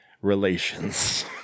relations